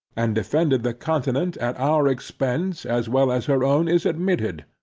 and defended the continent at our expence as well as her own is admitted,